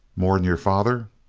more'n your father?